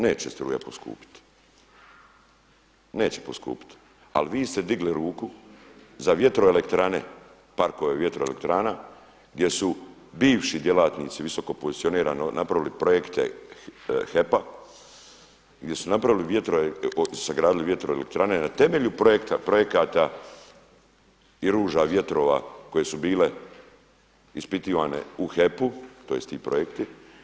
Neće struja poskupiti, ali ste vi digli ruku za vjetroelektrane, parkove vjetroelektrana gdje su bivši djelatnici visokopozicionirani napravili projekte HEP-a, gdje su sagradili vjetroelektrane na temelju projekata i ruža vjetrova koje su bile ispitivane u HEP-u tj. ti projekti.